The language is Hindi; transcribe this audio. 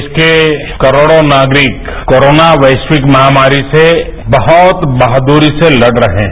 देश के करोड़ों नागरिक कोरोना वैशिवक महामारी से बहुत बहादुरी से लड़ रहे हैं